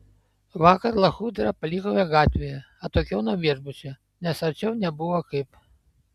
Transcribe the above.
vakar lachudrą palikome gatvėje atokiau nuo viešbučio nes arčiau nebuvo kaip